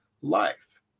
life